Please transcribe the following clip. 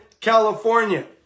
California